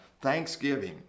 thanksgiving